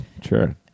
Sure